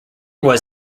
was